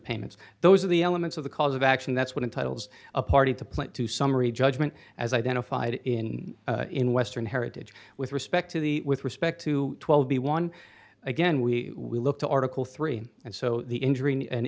payments those are the elements of the cause of action that's what entitles a party to point to summary judgment as identified in in western heritage with respect to the with respect to twelve b one again we will look to article three and so the injury an